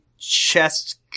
chest